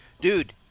Dude